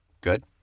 good